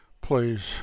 Please